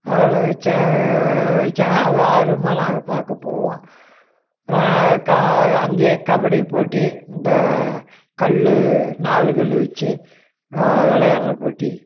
அதெல்லாம் வச்சாங்க வச்சாங்க அது ஆர்வமாக நாங்கள் பார்க்க போவோம் கா அங்கேயே கபடி போட்டி இந்த கல் நாலு கல் வச்சி விளையாட்ற போட்டி